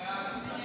חוק